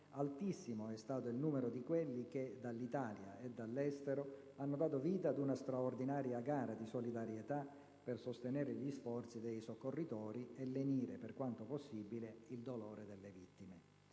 altissimo è stato il numero di quelli che, dall'Italia e dall'estero, hanno dato vita ad una straordinaria gara di solidarietà per sostenere gli sforzi dei soccorritori e lenire, per quanto possibile, il dolore delle vittime.